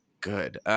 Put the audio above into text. good